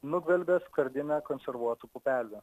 nugvelbė skardinę konservuotų pupelių